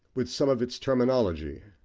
with some of its terminology,